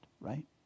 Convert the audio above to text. right